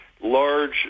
large